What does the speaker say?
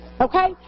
okay